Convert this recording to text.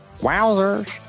Wowzers